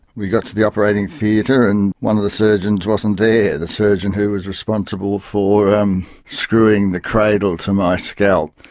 we got to the operating theatre and one of the surgeons wasn't there, the surgeon who was responsible for um screwing the cradle to my scalp.